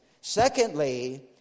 Secondly